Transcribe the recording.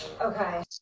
Okay